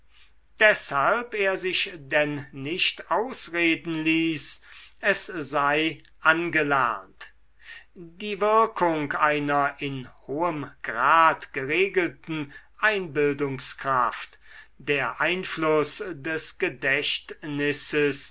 deshalb er sich denn nicht ausreden ließ es sei angelernt die wirkung einer in hohem grad geregelten einbildungskraft der einfluß des gedächtnisses